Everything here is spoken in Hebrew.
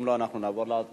אם לא, אנחנו נעבור להצבעה.